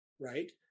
right